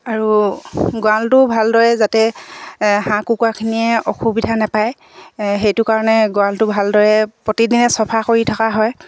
আৰু গঁৰালটো ভালদৰে যাতে হাঁহ কুকুৰাখিনিয়ে অসুবিধা নেপায় সেইটো কাৰণে গঁৰাালটো ভালদৰে প্ৰতিদিনে চফা কৰি থকা হয়